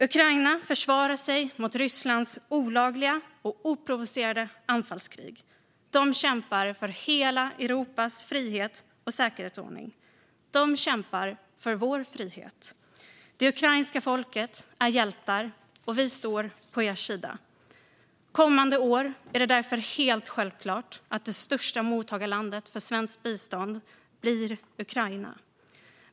Ukraina försvarar sig mot Rysslands olagliga och oprovocerade anfallskrig. De kämpar för hela Europas frihet och säkerhetsordning. De kämpar för vår frihet. Det ukrainska folket är hjältar, och vi står på er sida. Kommande år är det därför helt självklart att det största mottagarlandet för svenskt bistånd blir Ukraina.